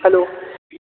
hello